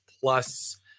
plus